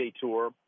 Tour